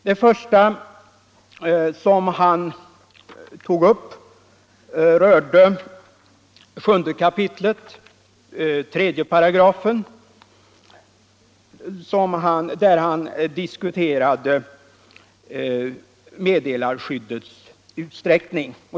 Den första fråga som han tog upp rörde 7 kap. 3 §, där han diskuterade meddelarskyddet.